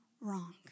wrong